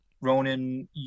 Ronan